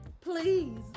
please